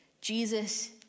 Jesus